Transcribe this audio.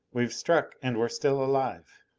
we've struck, and we're still alive.